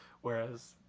Whereas